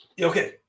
Okay